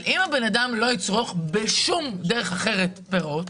אבל אם אדם לא יצרוך בשום דרך אחרת פירות,